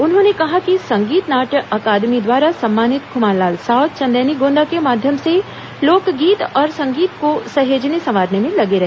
उन्होंने कहा कि संगीत नाट्य अकादमी द्वारा सम्मानित खुमानलाल साव चंदैनी गोंदा के माध्यम से लोकगीत और संगीत को सहेजने संवारने में लगे रहे